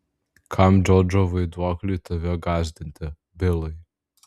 kam džordžo vaiduokliui tave gąsdinti bilai